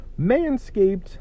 Manscaped